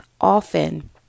often